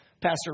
Pastor